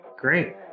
Great